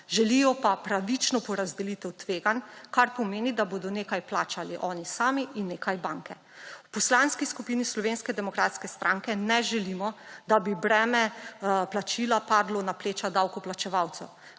želijo pa pravično porazdelitev tveganj, kar pomeni, da bodo nekaj plačali oni sami in nekaj banke. V Poslanski skupini SDS ne želimo, da bi breme plačila padlo na pleča davkoplačevalcev,